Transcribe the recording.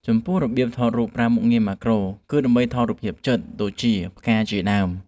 ចំពោះរបៀបថតរូបប្រើមុខងារម៉ាក្រូ គឺដើម្បីថតរូបភាពជិត ដូចជាផ្កាជាដើម។